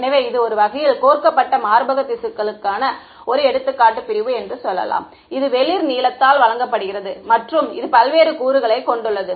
எனவே இது ஒரு வகையில் கோர்க்கப்பட்ட மார்பக திசுக்களுக்கான ஒரு எடுத்துக்காட்டு பிரிவு என்று சொல்லலாம் இது வெளிர் நீலத்தால் வழங்கப்படுகிறது மற்றும் இது பல்வேறு கூறுகளைக் கொண்டுள்ளது